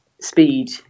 speed